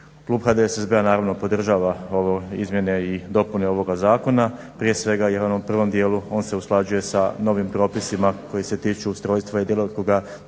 Klub HDSSB-a naravno podržava ove izmjene i dopune ovoga zakona prije svega jer on u prvom dijelu on se usklađuje sa novim propisima koji se tiču ustrojstva i djelokruga